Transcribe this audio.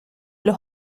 los